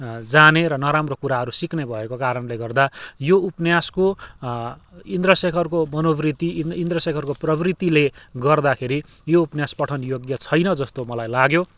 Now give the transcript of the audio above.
जाने र नराम्रो कुराहरू सिक्ने भएको कारणले गर्दा यो उपन्यासको इन्द्रशेखरको मनोवृत्ति इन्द्रशेखरको प्रवृतिले गर्दाखेरि यो उपन्यास पठनयोग्य छैन जस्तो मलाई लाग्यो